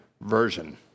version